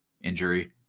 injury